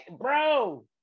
Bro